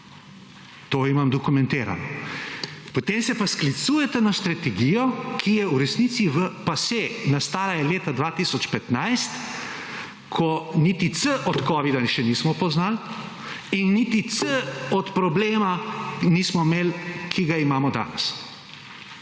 To imam dokumentirano. Potem se pa sklicujete na strategijo, ki je v resnici v pase, nastala je leta 2015, ko niti c od Covida še nismo poznali in niti c od problema nismo imeli, ki ga imamo danes.